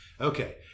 okay